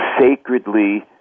sacredly